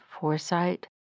foresight